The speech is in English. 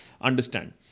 understand